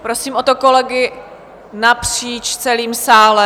Prosím o to kolegy napříč celým sálem.